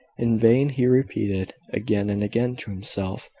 in vain he repeated, again and again, to himself,